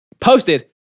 posted